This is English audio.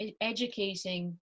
educating